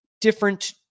different